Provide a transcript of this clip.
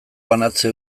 banatze